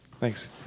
Thanks